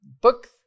book